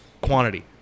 Quantity